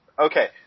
Okay